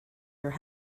your